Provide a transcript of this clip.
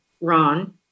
Ron